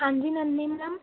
ਹਾਂਜੀ ਨਨੀ ਮੈਮ